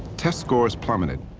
test scores plummeted.